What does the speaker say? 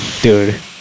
Dude